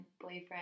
boyfriend